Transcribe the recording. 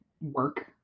work